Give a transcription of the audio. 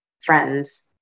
friends